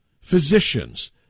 physicians